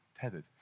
tethered